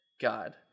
God